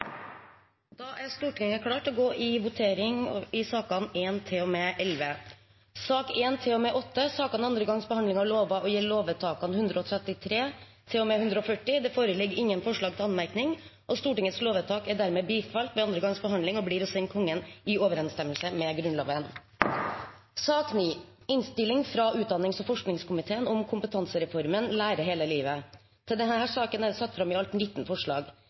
Da er Stortinget klar til å gå til votering over sakene nr. 1–11 på dagens kart. Sakene nr. 1–8 er andre gangs behandling av lovsaker og gjelder lovvedtakene 133 til og med 140. Det foreligger ingen forslag til anmerkning. Stortingets lovvedtak er dermed bifalt ved andre gangs behandling og blir å sende Kongen i overensstemmelse med Grunnloven. Under debatten er det satt fram i alt 19 forslag.